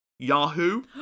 Yahoo